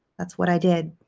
that's what i did.